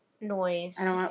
noise